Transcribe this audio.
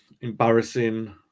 embarrassing